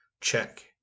check